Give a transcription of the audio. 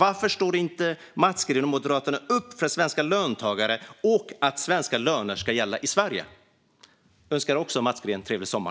Varför står inte Mats Green och Moderaterna upp för svenska löntagare och att svenska löner ska gälla i Sverige? Jag önskar också Mats Green en trevlig sommar.